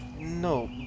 No